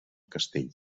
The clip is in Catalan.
castell